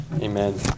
Amen